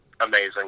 amazing